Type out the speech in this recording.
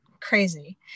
crazy